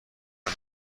نمی